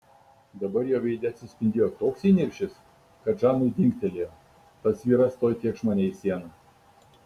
dabar jo veide atsispindėjo toks įniršis kad žanui dingtelėjo tas vyras tuoj tėkš mane į sieną